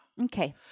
Okay